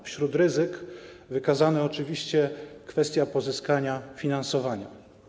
Wśród ryzyk wykazana została oczywiście kwestia pozyskania finansowania.